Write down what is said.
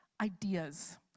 ideas